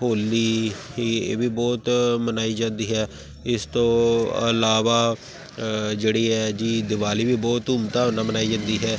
ਹੋਲੀ ਏ ਇਹ ਵੀ ਬਹੁਤ ਮਨਾਈ ਜਾਂਦੀ ਹੈ ਇਸ ਤੋਂ ਇਲਾਵਾ ਜਿਹੜੀ ਹੈ ਜੀ ਦਿਵਾਲੀ ਵੀ ਬਹੁਤ ਧੂਮ ਧਾਮ ਨਾਲ ਮਨਾਈ ਜਾਂਦੀ ਹੈ